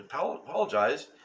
apologize